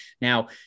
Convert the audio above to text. Now